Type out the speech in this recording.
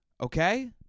Okay